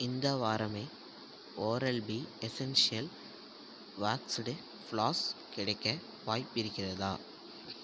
இந்த வாரமே Oral B essential waxed floss கிடைக்க வாய்ப்பு இருக்கிறதா